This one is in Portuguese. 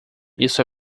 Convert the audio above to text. isso